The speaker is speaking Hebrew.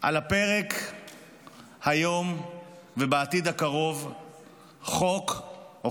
על הפרק היום ובעתיד הקרוב חוק או